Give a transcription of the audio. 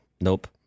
nope